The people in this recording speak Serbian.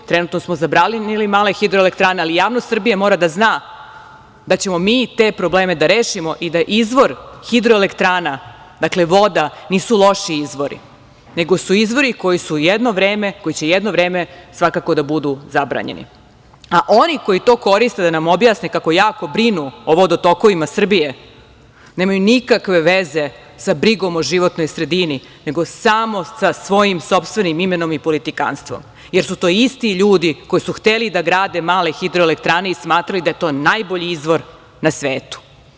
Trenutno smo zabranili male hidroelektrane, ali javnost Srbije mora da zna da ćemo mi te probleme da rešimo i da izvor hidroelektrana, dakle voda, nisu loši izvori, nego su izvori koji će jedno vreme svakako da budu zabranjeni, a oni koji to koriste da nam objasne kako jako brinu o vodotokovima Srbije, nemaju nikakve veze sa brigom o životnoj sredini, nego samo svojim sopstvenim imenom i politikanstvom, jer su to isti ljudi koji su hteli da grade male hidroelektrane i smatrali da je to najbolji izvor na svetu.